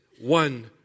one